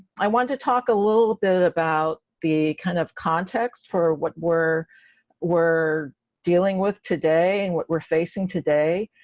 i want to talk a little bit about the kind of context for what we're we're dealing with today, and what we're facing today,